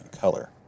color